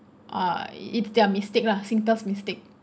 uh it's their mistake lah Singtel mistake